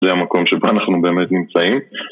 זה המקום שבו אנחנו באמת נמצאים.